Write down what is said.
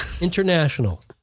International